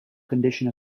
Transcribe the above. condition